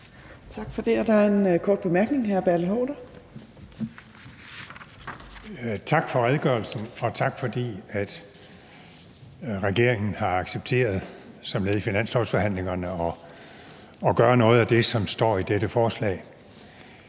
Tak for det. Der er en kort bemærkning fra hr. Bertel Haarder. Kl. 10:04 Bertel Haarder (V): Tak for redegørelsen, og tak, fordi regeringen har accepteret som led i finanslovsforhandlingerne at gøre noget af det, som står i dette forslag.